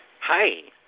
Hi